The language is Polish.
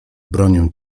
bronię